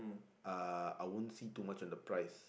uh I won't see too much on the price